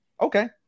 Okay